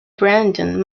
brandon